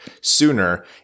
sooner